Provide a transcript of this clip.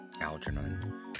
Algernon